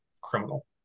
criminal